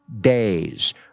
days